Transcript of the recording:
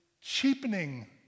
cheapening